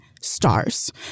stars